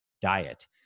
diet